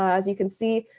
as you can see,